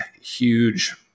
huge